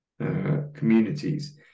communities